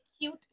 cute